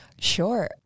Sure